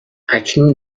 اکنون